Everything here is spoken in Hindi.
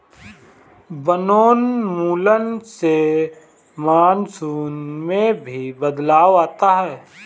वनोन्मूलन से मानसून में भी बदलाव आता है